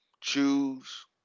Choose